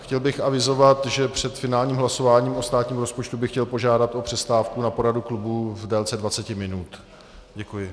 Chtěl bych avizovat, že před finálním hlasováním o státním rozpočtu bych chtěl požádat o přestávku na poradu klubu v délce 20 minut. Děkuji.